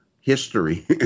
history